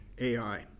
AI